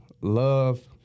love